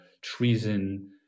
treason